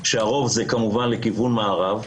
שהרוב זה כמובן לכיוון מערב,